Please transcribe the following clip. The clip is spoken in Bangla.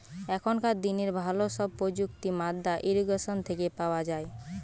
এখনকার দিনের ভালো সব প্রযুক্তি মাদ্দা ইরিগেশন থেকে পাওয়া যায়